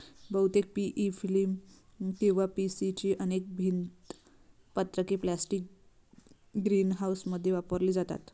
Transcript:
बहुतेक PE film किंवा PC ची अनेक भिंत पत्रके प्लास्टिक ग्रीनहाऊसमध्ये वापरली जातात